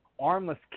armless